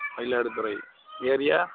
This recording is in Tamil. மயிலாடுதுறை ஏரியா